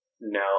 No